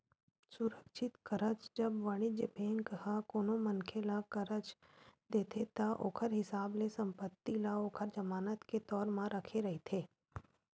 सुरक्छित करज, जब वाणिज्य बेंक ह कोनो मनखे ल करज देथे ता ओखर हिसाब ले संपत्ति ल ओखर जमानत के तौर म रखे रहिथे